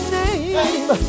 name